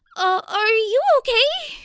ah are you okay?